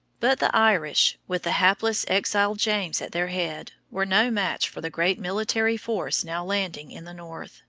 but the irish, with the hapless exile james at their head, were no match for the great military force now landing in the north,